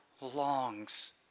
longs